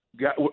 got